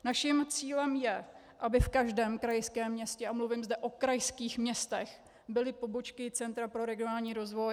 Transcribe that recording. Naším cílem je, aby v každém krajském městě, a mluvím zde o krajských městech, byly pobočky Centra pro regionální rozvoj.